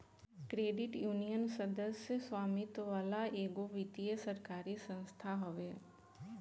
credit union, सदस्य स्वामित्व वाला एगो वित्तीय सरकारी संस्था हवे